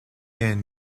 inn